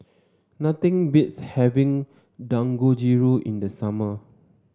nothing beats having Dangojiru in the summer